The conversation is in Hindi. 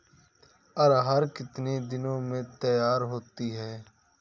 अरहर कितनी दिन में तैयार होती है?